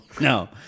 No